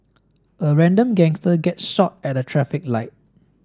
a random gangster gets shot at a traffic light